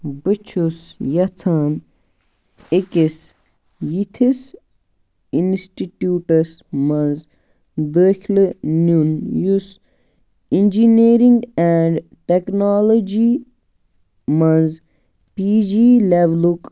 بہٕ چھُس یژھان أکِس یِتھِس اِنَسٹِٹیٛوٗٹَس منٛز دٲخلہٕ نیٛن یُس اِنجیٖنٔرِنٛگ ایںٛڈ ٹیٚکنالوجی منٛز پی جی لیٚولُک